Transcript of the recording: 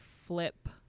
flip